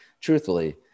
truthfully